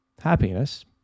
happiness